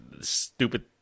stupid